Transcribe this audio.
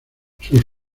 sus